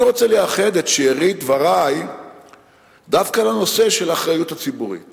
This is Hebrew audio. אני רוצה לייחד את שארית דברי דווקא לנושא של האחריות הציבורית